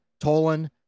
Tolan